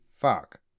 fuck